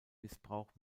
missbrauch